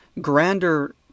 grander